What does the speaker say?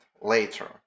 later